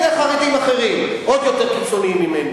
על-ידי חרדים אחרים, עוד יותר קיצוניים ממנו.